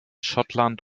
schottland